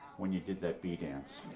when you did that bee dance.